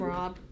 Rob